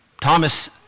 Thomas